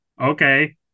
okay